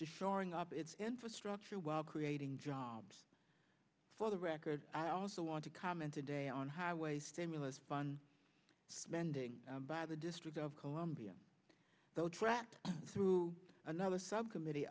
to shoring up its infrastructure while creating jobs for the record i also want to comment today on highway stimulus done spending by the district of columbia though tracked through another subcommittee